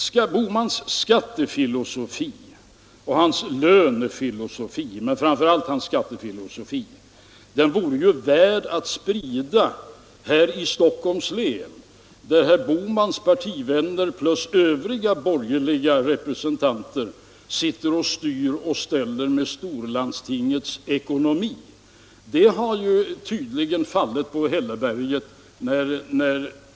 Herr Bohmans skattefilosofi och lönefilosofi — men framför allt hans skattefilosofi — vore ju värd att spridas här i Stockholms län, där herr Bohmans partivänner plus övriga borgerliga representanter sitter och styr och ställer med storlandstingets ekonomi. Där har Bohmans budskap tydligen fallit på hälleberget.